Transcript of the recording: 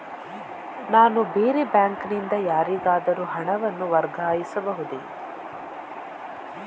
ನಾನು ಬೇರೆ ಬ್ಯಾಂಕ್ ನಿಂದ ಯಾರಿಗಾದರೂ ಹಣವನ್ನು ವರ್ಗಾಯಿಸಬಹುದ?